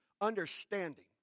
understanding